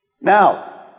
Now